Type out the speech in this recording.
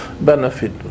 benefit